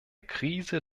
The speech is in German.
krise